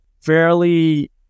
fairly